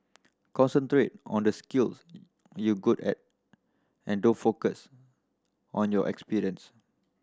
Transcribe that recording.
concentrate on the skills you're good at and don't focus on your experience